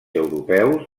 europeus